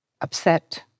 upset